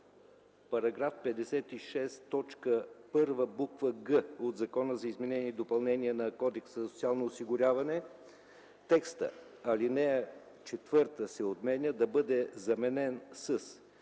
буква „г” от Закона за изменение и допълнение на Кодекса за социално осигуряване, текстът „ал. 4 се отменя” да бъде заменен с: